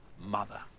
Mother